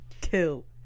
Kill